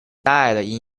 died